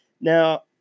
Now